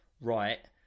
right